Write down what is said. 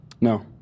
No